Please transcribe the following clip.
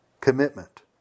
commitment